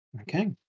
Okay